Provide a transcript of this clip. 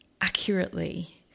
accurately